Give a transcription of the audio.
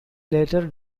later